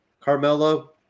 Carmelo